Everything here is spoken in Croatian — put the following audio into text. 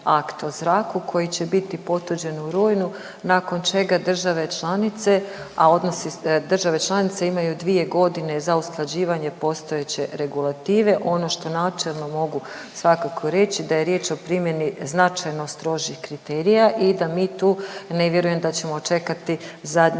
koji će biti potvrđen u rujnu nakon čega države članice, a države članice imaju dvije godine za usklađivanje postojeće regulative. Ono što načelno mogu svakako reći, da je riječ o primjeni značajno strožih kriterija i da mi tu ne vjerujem da ćemo čekati zadnji